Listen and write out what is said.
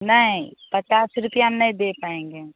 नहीं पचास रुपये में नहीं दे पाएँगे